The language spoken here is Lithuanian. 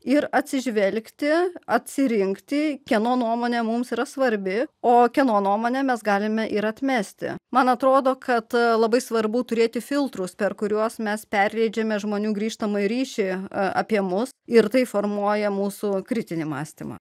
ir atsižvelgti atsirinkti kieno nuomonė mums yra svarbi o kieno nuomone mes galime ir atmesti man atrodo kad labai svarbu turėti filtrus per kuriuos mes perleidžiame žmonių grįžtamąjį ryšį apie mus ir tai formuoja mūsų kritinį mąstymą